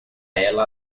ela